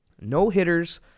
no-hitters